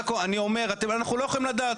אנחנו לא יכולים לדעת.